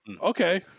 Okay